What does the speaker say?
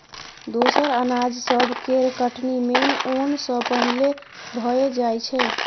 दोसर अनाज सब केर कटनी मेन ओन सँ पहिले भए जाइ छै